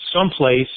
someplace